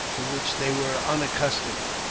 to which they were unaccustomed,